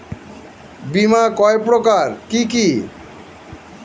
বীমা কয় প্রকার কি কি?